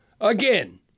Again